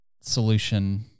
solution